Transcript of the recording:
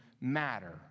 matter